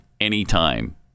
anytime